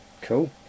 Cool